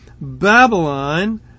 Babylon